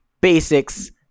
basics